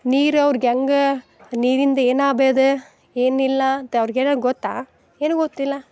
ನೀರು ಅವ್ರ್ಗೆಹೆಂಗೆ ನೀರಿಂದು ಏನು ಆಬ ಇದೆ ಏನಿಲ್ಲ ಅಂತೆ ಅವ್ರ್ಗೇನು ಗೊತ್ತಾ ಏನು ಗೊತ್ತಿಲ್ಲ